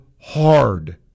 hard